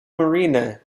marina